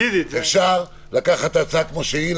אפשר לקחת את ההצעה כמו שהיא,